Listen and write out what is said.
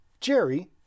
Jerry